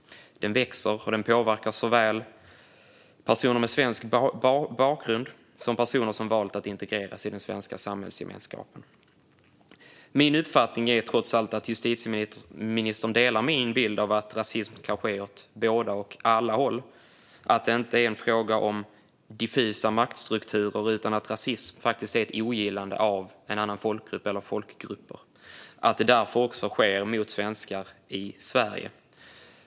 Den växer och påverkar såväl personer med svensk bakgrund som personer som valt att integreras i den svenska samhällsgemenskapen. Min uppfattning är trots allt att justitieministern delar min bild att rasism kan ske åt båda, och alla, håll, att det inte är en fråga om diffusa maktstrukturer utan att rasism faktiskt är ett ogillande av en annan folkgrupp eller andra folkgrupper och att det därför också sker mot svenskar i Sverige.